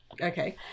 Okay